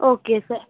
okay स्